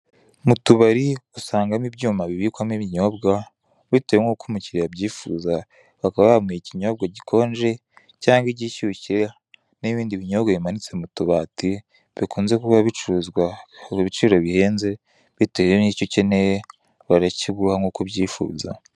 Mu tubari usangamo ibyuma bibikwamo ibinyobwa bitewe nk'uko umukiliya abyifuza bakaba bamuha ikinyobwa gikonje cyangwa igishyushye n'ibindi binyobwa bimanitse mu utubati, bikunze kuba bicuruzwa ku biciro bihenze bitewe n'icyo ukeneye barakiguha nk'uko ubyifuza.